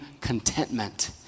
contentment